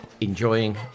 enjoying